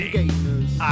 gamers